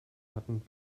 hatten